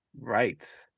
right